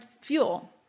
fuel